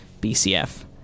BCF